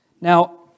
Now